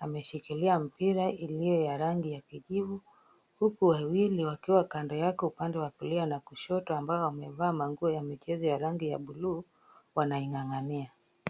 ameshikilia mpira iliyo ya rangi ya kijivu huku wawili wakiwa wakiwa kando yake upande wa kulia na kushoto ambao wamevaa nguo za michezo ya rangi ya buluu wanaing'ang'ania.